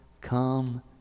come